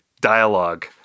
dialogue